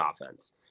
offense